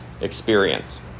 experience